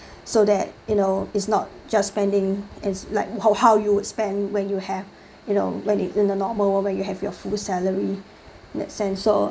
so that you know is not just spending is like how how you would spend when you have you know when it in the normal world you have your full salary in that sense so